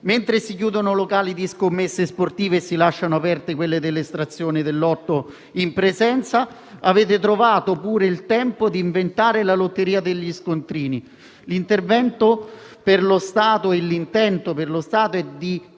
Mentre si chiudono locali di scommesse sportive e si lasciano aperte quelli per l'estrazione del Lotto in presenza, avete trovato pure il tempo di inventare la lotteria degli scontrini. L'intento per lo Stato è di incassare, ma anche di